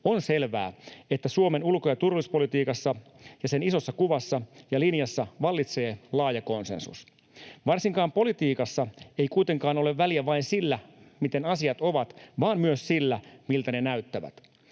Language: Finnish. on selvää, että Suomen ulko‑ ja turvallisuuspolitiikassa ja sen isossa kuvassa ja linjassa vallitsee laaja konsensus. Varsinkaan politiikassa ei kuitenkaan ole väliä vain sillä, miten asiat ovat, vaan myös sillä, miltä ne näyttävät.